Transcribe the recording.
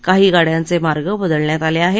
काही गाड्यांचे मार्ग बदलण्यात आले आहेत